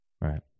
right